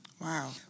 Wow